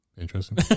Interesting